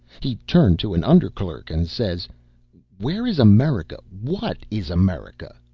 he turned to an under clerk and says where is america? what is america?